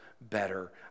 better